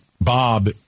Bob